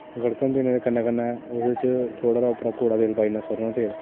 गड़कन देने दे कन्नै कन्नै ओह्दे च थोह्ड़ा जेहा उप्परा कौड़ा तेल पाई ओड़ना सरेआं दा तेल